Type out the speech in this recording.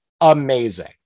amazing